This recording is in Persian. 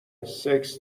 سکس